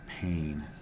pain